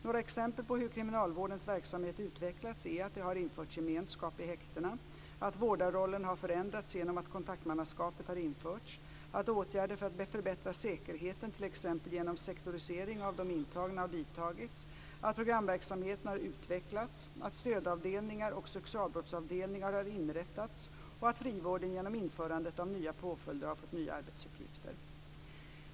Några exempel på hur kriminalvårdens verksamhet utvecklats är att det har införts gemenskap i häktena, att vårdarrollen har förändrats genom att kontaktmannaskapet har införts, att åtgärder för att förbättra säkerheten t.ex. genom sektorisering av de intagna har vidtagits, att programverksamheten har utvecklats, att stödavdelningar och sexualbrottsavdelningar har inrättats och att frivården genom införandet av nya påföljder har fått nya arbetsuppgifter.